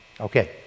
Okay